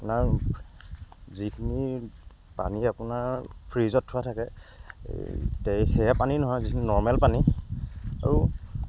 আপোনাৰ যিখিনি পানী আপোনাৰ ফ্ৰীজত থোৱা থাকে তে সেয়া পানী নহয় যিখিনি নৰ্মেল পানী আৰু